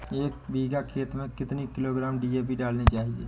एक बीघा खेत में कितनी किलोग्राम डी.ए.पी डालनी चाहिए?